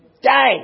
Die